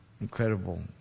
incredible